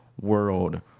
world